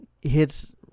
hits